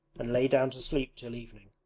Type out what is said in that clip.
and lay down to sleep till evening.